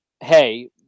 hey